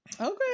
Okay